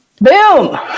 Boom